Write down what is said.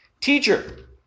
Teacher